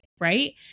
right